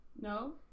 No